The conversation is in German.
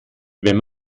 wenn